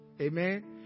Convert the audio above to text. Amen